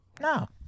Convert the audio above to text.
no